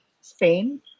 Spain